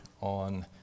on